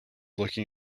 looking